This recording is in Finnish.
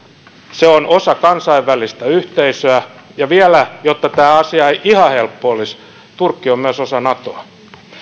se on osa kansainvälistä yhteisöä ja vielä jotta tämä asia ei ihan helppo olisi turkki on myös osa natoa